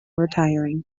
retiring